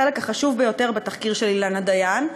לחלק החשוב ביותר בתחקיר של אילנה דיין,